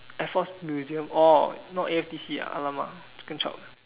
air force museum orh not A_F_T_C ah !alamak! chicken chop